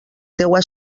teua